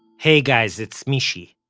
hey guys, it's mishy.